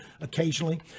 occasionally